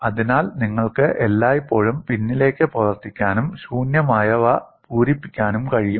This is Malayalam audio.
അതിനാൽ നിങ്ങൾക്ക് എല്ലായ്പ്പോഴും പിന്നിലേക്ക് പ്രവർത്തിക്കാനും ശൂന്യമായവ പൂരിപ്പിക്കാനും കഴിയും